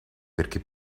perché